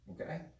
okay